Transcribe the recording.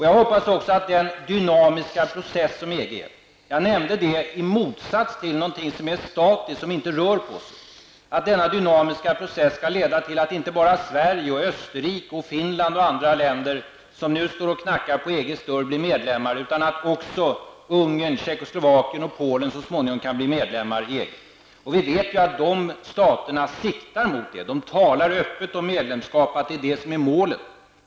Jag hoppas också att den dynamiska process som EG är -- jag nämnde det i motsats till någonting som är statiskt -- skall leda till att inte bara Sverige, Österrike, Finland och andra länder som nu står och knackar på EGs dörr blir medlemmar utan att också Ungern, Tjeckoslovakien och Polen så småningom kan bli medlemmar i EG. Vi vet ju att de staterna siktar mot detta. De talar öppet om att medlemskap är målet.